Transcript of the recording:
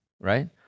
right